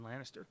Lannister